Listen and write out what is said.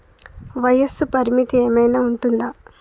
వయస్సు పరిమితి ఏమైనా ఉంటుందా?